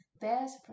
best